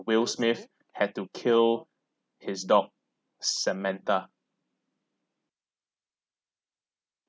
will smith had to kill his dog samantha